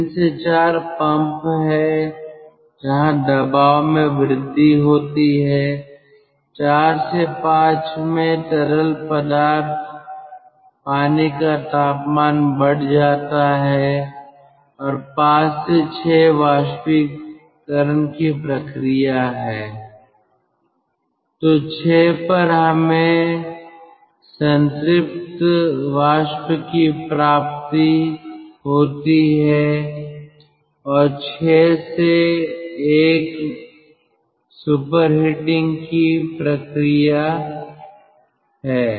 3 से 4 पंप है जहां दबाव में वृद्धि होती है 4 से 5 में तरल पानी का तापमान बढ़ जाता है 5 से 6 वाष्पीकरण की प्रक्रिया है तो 6 पर हमें संतृप्त वाष्प की प्राप्ति होती है और 6 से 1 सुपरहीटिंग की प्रक्रिया है